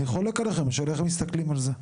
אני חולק עליכם, השאלה איך מסתכלים על זה.